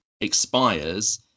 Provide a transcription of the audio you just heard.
expires